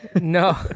No